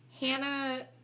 Hannah